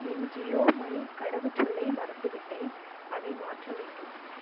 என் Jio money கடவுச்சொல்லை மறந்துவிட்டேன் அதை மாற்ற வேண்டும்